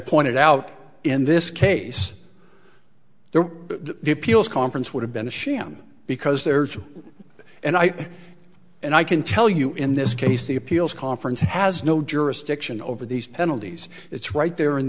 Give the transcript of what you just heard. pointed out in this case there the appeals conference would have been a sham because there's and i and i can tell you in this case the appeals conference has no jurisdiction over these penalties it's right there in